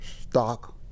stock